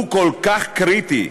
הוא כל כך קריטי,